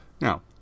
Now